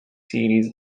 series